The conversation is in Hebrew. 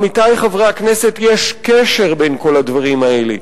עמיתי חברי הכנסת, יש קשר בין כל הדברים האלה.